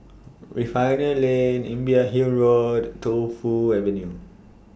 Refinery Lane Imbiah Hill Road Tu Fu Avenue